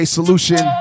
Solution